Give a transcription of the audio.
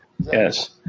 yes